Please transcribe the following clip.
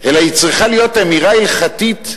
אלא היא צריכה להיות אמירה הלכתית-ציונית,